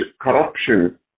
corruption